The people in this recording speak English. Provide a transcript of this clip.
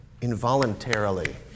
involuntarily